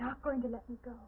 not going to go